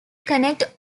connects